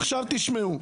עכשיו תשמעו,